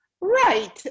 right